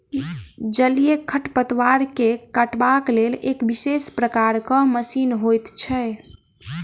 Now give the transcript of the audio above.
जलीय खढ़पतवार के काटबाक लेल एक विशेष प्रकारक मशीन होइत छै